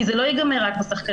כי זה לא ייגמר רק בשחקנים.